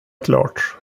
klart